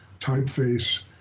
typeface